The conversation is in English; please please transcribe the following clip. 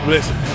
Listen